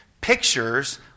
pictures